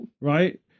right